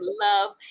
love